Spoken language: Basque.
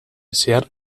zehar